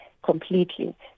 Completely